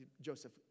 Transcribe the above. Joseph